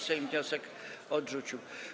Sejm wniosek odrzucił.